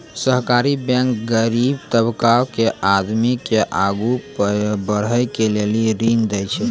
सहकारी बैंक गरीब तबका के आदमी के आगू बढ़ै के लेली ऋण देय छै